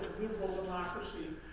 liberal democracy,